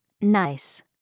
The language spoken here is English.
nice